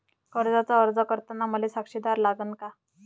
कर्जाचा अर्ज करताना मले साक्षीदार लागन का?